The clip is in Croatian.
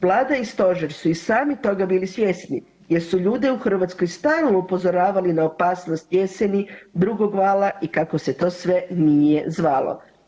Vlada i Stožer su i sami toga bili svjesni, jer su ljude u Hrvatskoj stalno upozoravali na opasnost jeseni, drugog vala i kako se to sve nije zvalo.